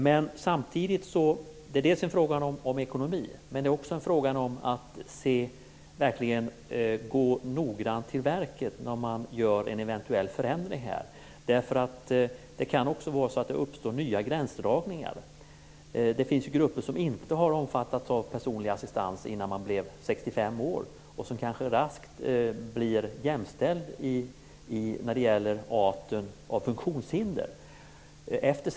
Dels är det fråga om ekonomi, dels är det fråga om att verkligen noga gå till verket vid en eventuell förändring här. Det kan uppstå nya gränsdragningar. Det finns ju grupper som inte har omfattats av personlig assistans före 65 års ålder och som kanske efter 65-årsdagen raskt blir jämställda när det gäller arten av funktionshinder.